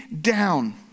down